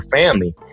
family